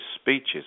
speeches